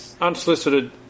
unsolicited